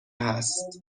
هست